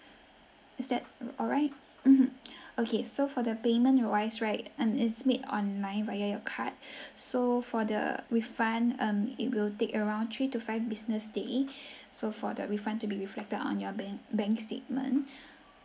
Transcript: is that alright mmhmm okay so for the payment wise right um it's made online via your card so for the refund um it will take around three to five business day so for the refund to be reflected on your bank bank statement